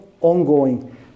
ongoing